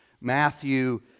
Matthew